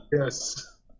Yes